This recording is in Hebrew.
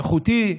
איכותי,